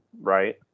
right